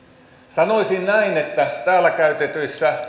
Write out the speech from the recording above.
sanoisin näin että täällä käytetyissä